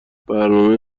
برنامهی